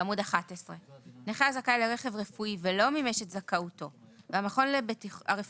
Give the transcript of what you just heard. בעמוד 11. נכה הזכאי לרכב רפואי ולא מימש את זכאותו והמכון הרפואי